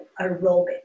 aerobic